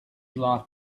lot